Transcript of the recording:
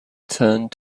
turned